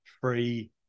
free